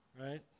Right